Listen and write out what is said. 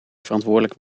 verantwoordelijk